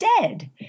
dead